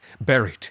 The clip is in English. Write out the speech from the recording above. buried